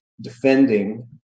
defending